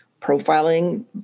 profiling